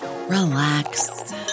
Relax